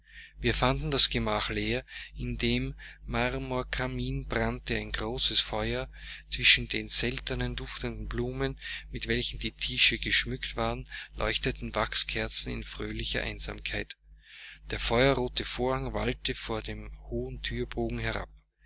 wir fanden das gemach leer in dem marmorkamin brannte ein großes feuer zwischen den seltenen duftenden blumen mit welchen die tische geschmückt waren leuchteten wachskerzen in fröhlicher einsamkeit der feuerrote vorhang wallte vor dem hohen thürbogen herab